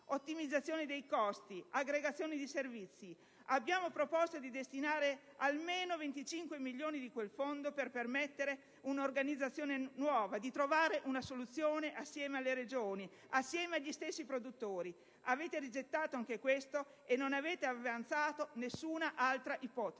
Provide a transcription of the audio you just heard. ottimizzazione dei costi, aggregazione di servizi. Abbiamo proposto di destinare almeno 25 milioni di quel fondo per permettere un'organizzazione nuova, di trovare una soluzione assieme alle Regioni, assieme agli stessi produttori. Avete rigettato anche questo, e non avete avanzato nessuna altra ipotesi.